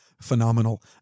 phenomenal